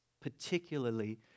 particularly